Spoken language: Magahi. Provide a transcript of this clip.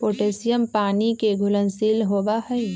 पोटैशियम पानी के घुलनशील होबा हई